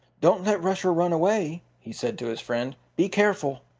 don't let rusher run away, he said to his friend. be careful.